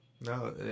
No